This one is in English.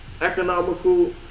economical